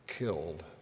killed